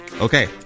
Okay